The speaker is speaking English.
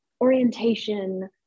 orientation